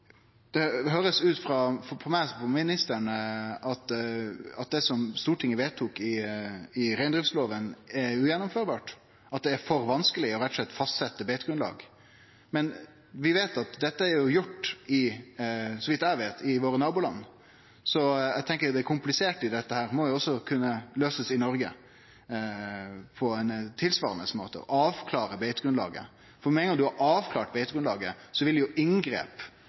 ministeren seier at det som Stortinget vedtok i reindriftslova, ikkje kan bli gjennomført – at det rett og slett er for vanskeleg å fastsetje beitegrunnlag. Men vi veit at dette – så vidt eg veit – er gjort i våre naboland, så eg tenkjer at det kompliserte i dette også må kunne bli løyst i Noreg på ein tilsvarande måte, og avklare beitegrunnlaget. For med ein gong ein har avklart beitegrunnlaget, vil jo inngrep